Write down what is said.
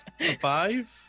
Five